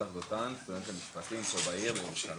אני יפתח דותן ואני סטודנט למשפטים פה בעיר ירושלים.